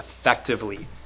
effectively